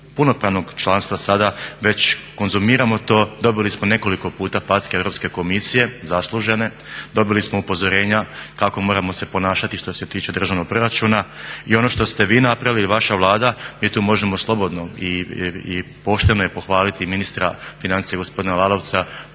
punopravnog članstva sada već konzumiramo to, dobili smo nekoliko puta packe Europske komisije, zaslužene, dobili smo upozorenja kako se moramo ponašati što se tiče državnog proračuna. I ono što ste vi napravili i vaša Vlada mi to možemo slobodno i pošteno pohvaliti i ministra financija gospodina Lalovca